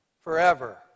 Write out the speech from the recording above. forever